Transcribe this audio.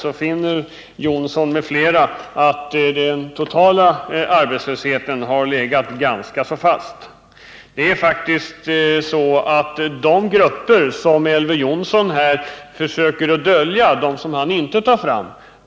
Då finner Elver Jonsson m.fl. att siffran för den totala arbetslösheten har legat ganska fast.